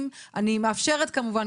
אני מאפשרת כמובן,